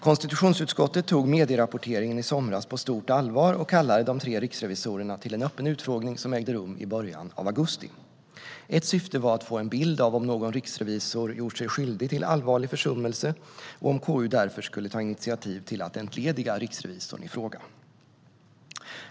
Konstitutionsutskottet tog medierapporteringen i somras på stort allvar och kallade de tre riksrevisorerna till en öppen utfrågning, som ägde rum i början av augusti. Ett syfte var att få en bild av om någon riksrevisor gjort sig skyldig till allvarlig försummelse och om KU därför skulle ta initiativ till att entlediga riksrevisorn i fråga.